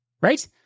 Right